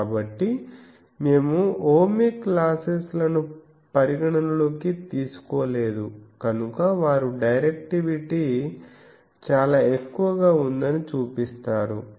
కాబట్టి మేము ohmic losses లను పరిగణనలోకి తీసుకోలేదు కనుక వారు డైరెక్టివిటీ చాలా ఎక్కువగా ఉందని చూపిస్తారు